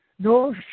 No